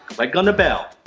like on the bell.